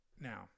now